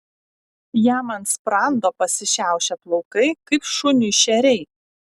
jam ant sprando pasišiaušė plaukai kaip šuniui šeriai